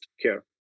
care